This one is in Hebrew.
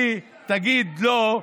היא תגיד: לא,